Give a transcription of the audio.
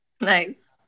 Nice